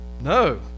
No